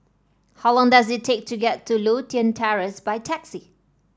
how long does it take to get to Lothian Terrace by taxi